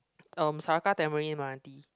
um Saraca Tamarind Meranti